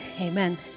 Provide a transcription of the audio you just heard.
amen